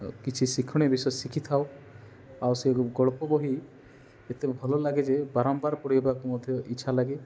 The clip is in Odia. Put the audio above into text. କିଛି ଶିକ୍ଷଣୀୟ ବିଷୟ ଶିଖିଥାଉ ଆଉ ସେ ଗଳ୍ପ ବହି ଏତେ ଭଲଲାଗେ ଯେ ବାରମ୍ବାର ପଢ଼ିବାକୁ ମଧ୍ୟ ଇଚ୍ଛାଲାଗେ